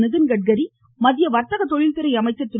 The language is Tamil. நிதின்கட்காரி மத்திய வர்த்தக தொழில் துறை அமைச்சர் திரு